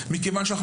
מכל סיבה,